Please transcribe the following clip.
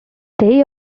they